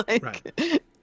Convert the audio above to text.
Right